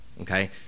okay